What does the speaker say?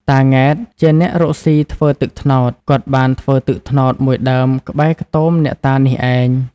តា ង៉ែត ជាអ្នក រកស៊ីធ្វើទឹកត្នោត គាត់បានធ្វើទឹកត្នោតមួយដើមក្បែរខ្ទមអ្នកតានេះឯង ។